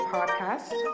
Podcast